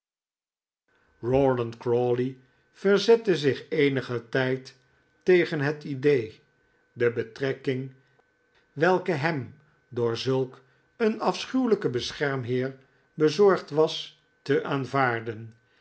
crawley verzette zich eenigen tijd tegen het idee de betrekking welke hem door zulk een afschuwelijken beschermheer bezorgd was te aanvaarden